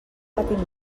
petit